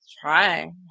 Try